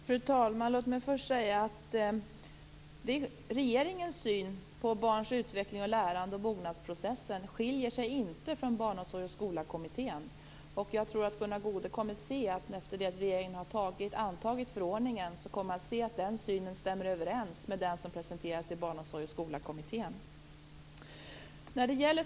Fru talman! Låt mig först säga att regeringens syn på barns utveckling och lärande och på mognadsprocessen inte skiljer sig från Barnomsorg och skolakommitténs. Jag tror att Gunnar Goude efter det att regeringen har antagit förordningen kommer att se att den synen stämmer överens med den som presenteras i Barnomsorg och skolakommittén.